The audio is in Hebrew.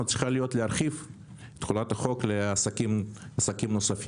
צריכה להיות להרחיב את תחולת החוק לעסקים נוספים.